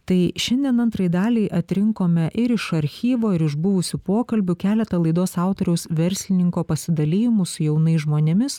tai šiandien antrai daliai atrinkome ir iš archyvo ir iš buvusių pokalbių keletą laidos autoriaus verslininko pasidalijimų su jaunais žmonėmis